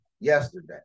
yesterday